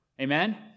Amen